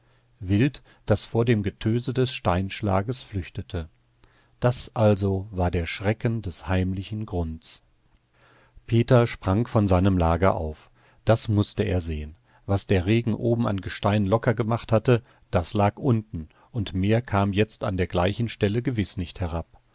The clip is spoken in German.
wild das vor dem getöse des steinschlages flüchtete das also war der schrecken des heimlichen grunds peter sprang von seinem lager auf das mußte er sehen was der regen oben an gestein locker gemacht hatte das lag unten und mehr kam jetzt an der gleichen stelle gewiß nicht herab